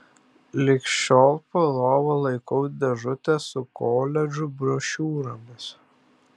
lig šiol po lova laikau dėžutę su koledžų brošiūromis